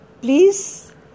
please